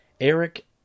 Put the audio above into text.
Eric